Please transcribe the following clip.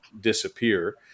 disappear